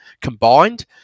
combined